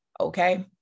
okay